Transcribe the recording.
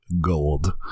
gold